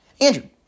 Andrew